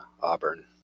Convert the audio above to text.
Auburn